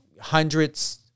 hundreds